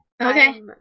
Okay